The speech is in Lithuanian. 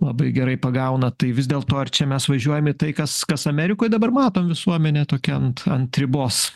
labai gerai pagauna tai vis dėl to ar čia mes važiuojam į tai kas kas amerikoj dabar matom visuomenė tokia ant ant ribos